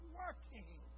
working